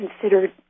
considered